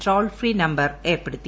toll free number ഏർപ്പെടുത്തി